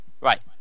Right